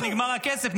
כשנגמר הכסף,